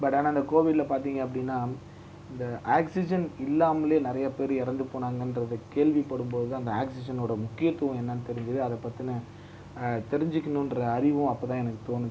but ஆனால் அந்த கோவிட்டில் பார்த்தீங்க அப்படினா இந்த ஆக்சிஜன் இல்லாமலே நிறைய பேர் இறந்து போனாங்கங்றத கேள்விப்படும் போது தான் அந்த ஆக்சிஜனோடய முக்கியத்துவம் என்னென்னு தெரிஞ்சுது அதை பற்றின தெரிஞ்சுக்கணுன்ற அறிவும் அப்போ தான் தோணுச்சு